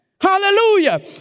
Hallelujah